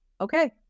Okay